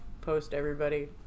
post-everybody